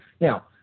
Now